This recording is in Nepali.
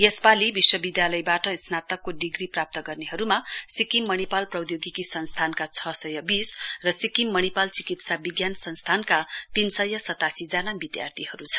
यसपाली विश्व विधालयबाट स्नातकको डिग्री प्राप्त गर्नेहरूमा सिक्किम मणिपाल प्रौधोगिकी संस्थानका छ सय बीस र सिक्किम मणिपाल चिकित्सा विज्ञान संस्थानका तीन सय सतासीजना विधार्थीहरू छन्